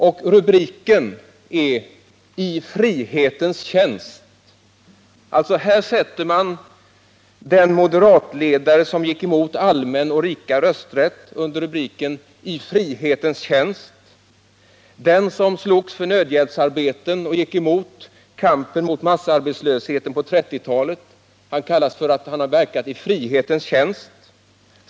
Och rubriken är: ”I frihetens tjänst”. Här sätter man alltså den moderatledare som gick emot allmän och lika rösträtt under rubriken ”I frihetens tjänst”. Den som höll till godo med att anvisa nödhjälpsarbeten och gick emot kampen mot massarbetslöshet på 1930-talet sägs ha verkat ”I frihetens tjänst”.